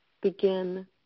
begin